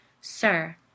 Sir